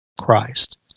Christ